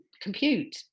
compute